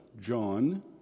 John